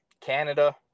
Canada